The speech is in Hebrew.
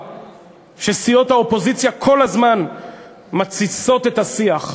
שסיעות האופוזיציה כל הזמן מתסיסות את השיח בהם.